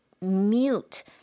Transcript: mute